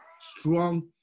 strong